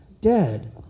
dead